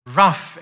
rough